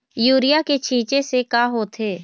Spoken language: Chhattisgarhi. यूरिया के छींचे से का होथे?